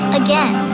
again